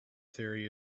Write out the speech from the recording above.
theory